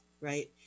right